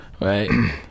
Right